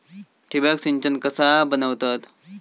ठिबक सिंचन कसा बनवतत?